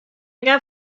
got